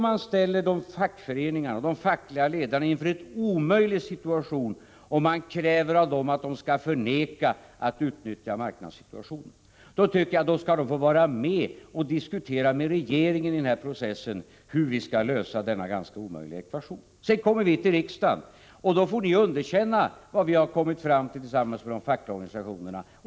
Man ställer fackföreningarna, de fackliga ledarna, inför en omöjlig situation, om man kräver att de skall underlåta att utnyttja marknadssituationen. Jag tycker att de skall få vara med och diskutera med regeringen i den här processen, hur vi skall lösa denna ganska omöjliga ekvation. Sedan kommer vi till riksdagen, och då får ni här underkänna vad vi har kommit fram till tillsammans med de fackliga organisationerna.